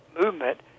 movement